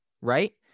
right